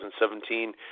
2017